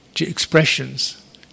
expressions